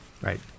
Right